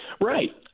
Right